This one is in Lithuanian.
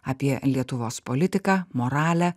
apie lietuvos politiką moralę